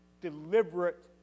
deliberate